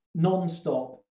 nonstop